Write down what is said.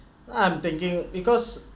I'm thinking because